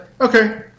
okay